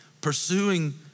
pursuing